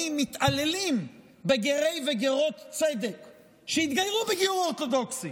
מתעללים בגרי וגרות צדק שהתגיירו בגיור אורתודוקסי?